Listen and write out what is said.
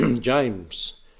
James